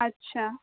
اچھا